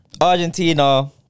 Argentina